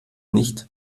nicht